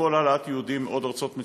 לפעול להעלאת יהודים מעוד ארצות מצוקה,